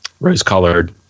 rose-colored